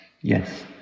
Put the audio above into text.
Yes